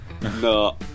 No